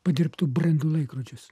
padirbtų brangių laikrodžius